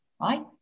right